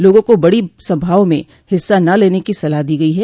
लोगों को बड़ी सभाओं में हिस्सा न लेने की सलाह दी गई है